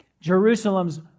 Jerusalem's